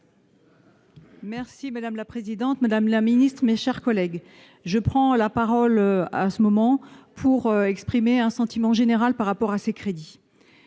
Merci madame la présidente, Madame la Ministre, mes chers collègues, je prends la parole à à ce moment pour exprimer un sentiment général par rapport à ces crédits